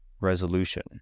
resolution